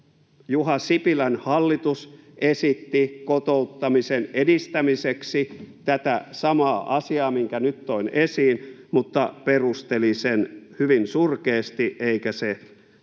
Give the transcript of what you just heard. Juha Sipilän hallitus esitti kotouttamisen edistämiseksi tätä samaa asiaa, minkä nyt toin esiin, mutta perusteli sen hyvin surkeasti eikä se asia